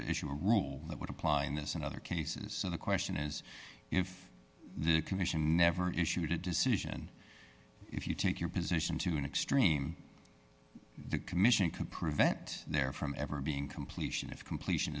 issue a rule that would apply in this and other cases so the question is if the commission ever issued a decision if you take your position to an extreme the commission could prevent there from ever being completion of completion